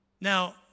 Now